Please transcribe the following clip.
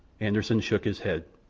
anderssen shook his head.